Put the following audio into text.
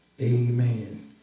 Amen